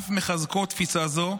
אף מחזקות תפיסה זו,